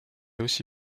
aussi